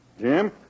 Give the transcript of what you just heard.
Jim